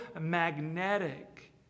magnetic